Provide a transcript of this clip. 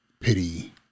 pity